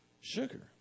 sugar